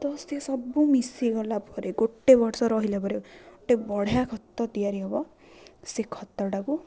ତ ସେସବୁ ମିଶିଗଲା ପରେ ଗୋଟେ ବର୍ଷ ରହିଲା ପରେ ଗୋଟେ ବଢ଼ିଆ ଖତ ତିଆରି ହବ ସେ ଖତଟାକୁ